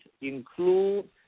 include